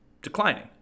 declining